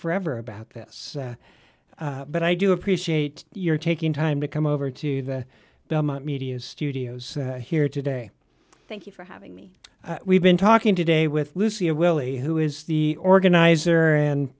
forever about this but i do appreciate your taking time to come over to the media studios here today thank you for having me we've been talking today with lucio willie who is the organizer and